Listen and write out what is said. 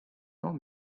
ans